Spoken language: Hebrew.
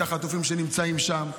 את החטופים שנמצאים שם,